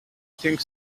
think